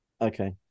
okay